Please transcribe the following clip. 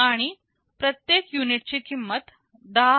तर प्रत्येक युनिट ची किंमत Rs